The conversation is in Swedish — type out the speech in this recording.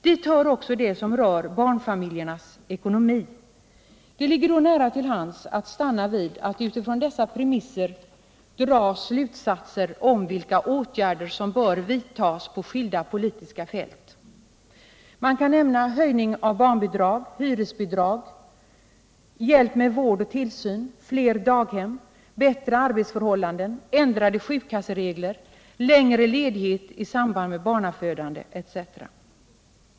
Dit hör också det som rör barnfamiljernas ekonomi. Det ligger då nära till hands att stanna vid att utifrån dessa premisser dra slutsatser om vilka åtgärder som bör vidtas på skilda politiska fält. Jag kan nämna höjning av barnbidrag och hyresbidrag, hjälp med vård och tillsyn, fler daghem, bättre arbetsförhållanden, ändrade sjukkasseregler, längre ledighet i samband med barnafödande etc.